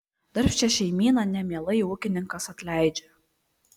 darbščią šeimyną nemielai ūkininkas atleidžia